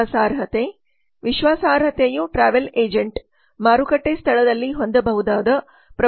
ವಿಶ್ವಾಸಾರ್ಹತೆ ವಿಶ್ವಾಸಾರ್ಹತೆಯು travel agent ಮಾರುಕಟ್ಟೆ ಸ್ಥಳದಲ್ಲಿ ಹೊಂದಬಹುದಾದ ಪ್ರಬಲ ಮಿತ್ರ